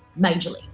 majorly